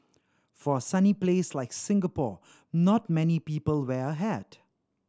for a sunny place like Singapore not many people wear a hat